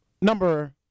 Number